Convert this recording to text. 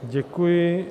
Děkuji.